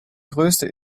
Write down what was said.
größte